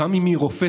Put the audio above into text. גם אם היא רופסת,